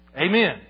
Amen